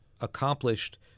Accomplished